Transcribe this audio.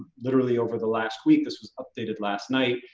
literally over the last week, this was updated last night,